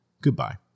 Goodbye